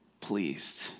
Pleased